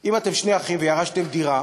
וירשתם דירה,